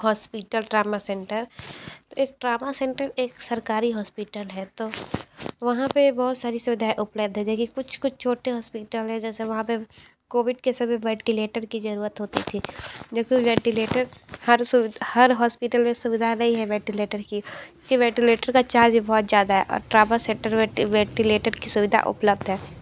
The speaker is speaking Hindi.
हॉस्पिटल ट्रामा सेंटर एक ट्रामा सेंटर एक सरकारी हॉस्पिटल है तो वहाँ पर बहुत सारी सुविधाएँ उपलब्ध हैं देखिए कुछ कुछ छोटे हॉस्पिटल हैं जैसे वहाँ पर कोविड के समय वेनलैटर की ज़रूरत होती थी देखो वेंटिलेटर हर सुवि हर हॉस्पिटल में सुविधा नहीं है वेंटिलेटर की कि वेंटिलेटर का चार्ज बहुत ज़्यादा है और ट्रामा सेन्टर वेंटी वेंटिलेटर की सुविधा उपलब्ध है